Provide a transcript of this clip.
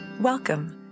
Welcome